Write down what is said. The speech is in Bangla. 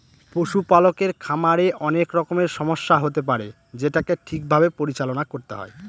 পশুপালকের খামারে অনেক রকমের সমস্যা হতে পারে যেটাকে ঠিক ভাবে পরিচালনা করতে হয়